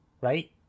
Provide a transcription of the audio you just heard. Right